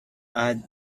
add